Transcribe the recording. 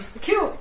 Cute